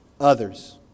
others